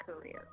career